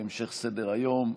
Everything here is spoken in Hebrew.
בהמשך סדר-היום,